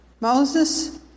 Moses